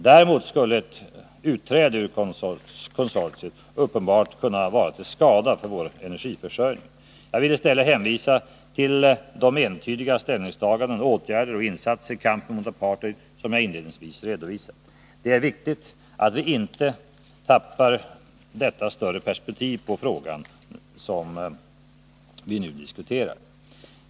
Däremot skulle ett utträde ur konsortiet uppenbart kunna vara till skada för vår energiförsörjning. Jag vill i stället hänvisa till de entydiga ställningstaganden, åtgärder och insatser i kampen mot apartheid som jag inledningsvis redovisat. Det är viktigt att inte tappa detta större perspektiv på den fråga vi nu diskuterar.